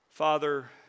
Father